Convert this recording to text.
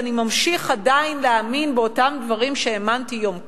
אני ממשיך עדיין להאמין באותם דברים שהאמנתי בהם יום קודם,